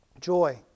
joy